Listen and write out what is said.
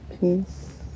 peace